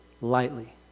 lightly